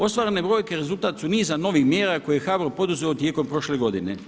Ostvarene brojke rezultat su niza novih mjera koje je HBOR poduzeo tijekom prošle godine.